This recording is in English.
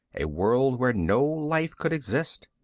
a world where no life could exist.